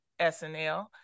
SNL